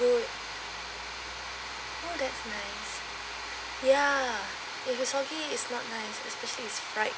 good oh that's nice ya if it soggy it's not nice especially it's fried